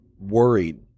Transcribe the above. worried